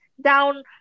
down